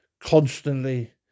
constantly